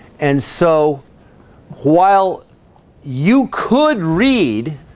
and so while you could read